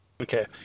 Okay